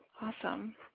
Awesome